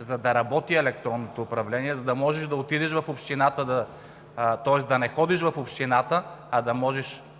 за да работи електронното управление, за да може да не ходиш в общината, а дистанционно